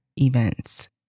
events